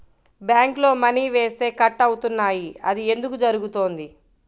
బ్యాంక్లో మని వేస్తే కట్ అవుతున్నాయి అది ఎందుకు జరుగుతోంది?